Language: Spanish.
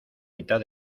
mitad